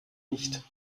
nicht